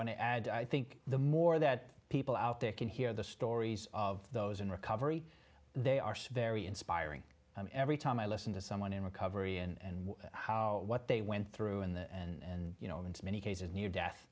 want to add i think the more that people out there can hear the stories of those in recovery they are very inspiring i mean every time i listen to someone in recovery and how what they went through in the end you know in so many cases near death